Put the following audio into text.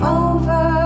over